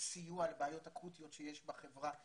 סיוע לבעיות אקוטיות שיש בחברה.